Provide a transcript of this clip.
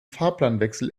fahrplanwechsel